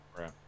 Right